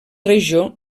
regió